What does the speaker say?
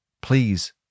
Please